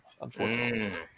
unfortunately